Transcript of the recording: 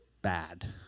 bad